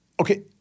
okay